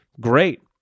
great